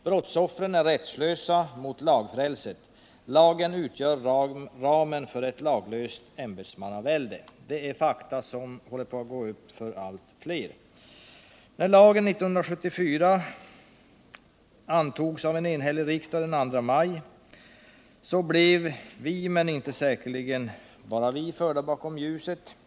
Brottsoffren är rättslösa mot lagfrälset. Lagen utgör ramen för ett laglöst ämbetsman navälde. Det är ett faktum som börjar gå upp för allt fler. När lagen antogs av en enhällig riksdag den 2 maj 1974 blev vi — men säkerligen inte bara vi — förda bakom ljuset.